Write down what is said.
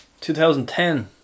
2010